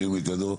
ירים את ידו.